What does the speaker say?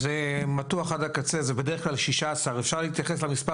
זה מתוח עד הקצה, זה בד"כ 16. אפשר להתייחס למספר